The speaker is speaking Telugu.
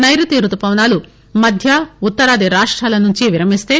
సైరుతీ రుతుపవనాలు మధ్య ఉత్తరాది రాష్టాల నుంచి విరమిస్తే